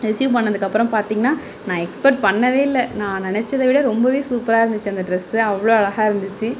receive பண்ணிணதுக்கப்பறோம் பார்த்திங்னா நான் எக்ஸ்பெக்ட் பண்ணவே இல்லை நான் நினச்சத விட ரொம்பவே சூப்பராக இருந்துச்சு அந்த ட்ரெஸ்ஸு அவ்வளோ அழகாக இருந்துச்சு